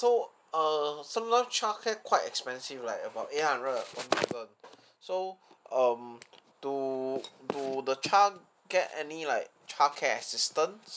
so err sometimes childcare quite expensive like about eight hundred of one person so um do do the child get any like childcare assistance